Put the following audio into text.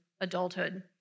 adulthood